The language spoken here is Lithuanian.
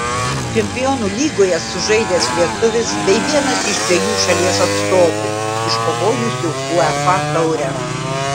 čempionų lygoje sužaidęs lietuvis bei vienas iš dviejų šalies atstovų iškovojusių uefa taurę